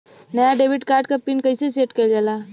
नया debit card क pin कईसे सेट कईल जाला?